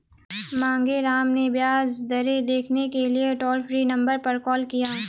मांगेराम ने ब्याज दरें देखने के लिए टोल फ्री नंबर पर कॉल किया